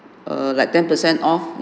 err like ten percent off